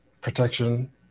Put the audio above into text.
protection